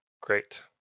Great